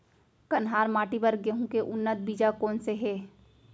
कन्हार माटी बर गेहूँ के उन्नत बीजा कोन से हे?